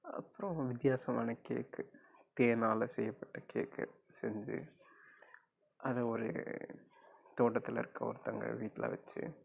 அப்புறம் வித்தியாசமான கேக்கு தேனால் செய்யப்பட்ட கேக்கு செஞ்சு அதை ஒரு தோட்டத்தில் இருக்க ஒருத்தங்க வீட்டில் வைச்சு